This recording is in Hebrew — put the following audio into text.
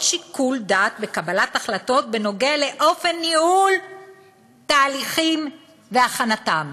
שיקול דעת בקבלת החלטות בנוגע לאופן ניהול הליכים והכנתם".